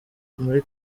muri